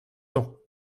temps